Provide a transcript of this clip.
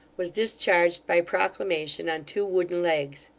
was discharged by proclamation, on two wooden legs.